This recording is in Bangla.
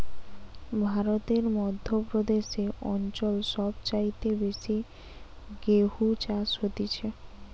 ভারতের মধ্য প্রদেশ অঞ্চল সব চাইতে বেশি গেহু চাষ হতিছে